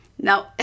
No